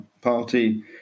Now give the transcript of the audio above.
party